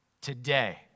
today